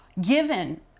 Given